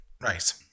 Right